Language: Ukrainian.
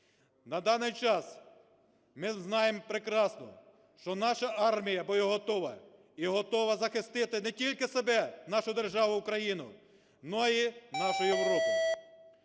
На даний час ми знаємо прекрасно, що наша армія боєготова і готова захистити не тільки себе – нашу державу Україну, но і нашу Європу.